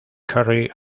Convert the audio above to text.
carrie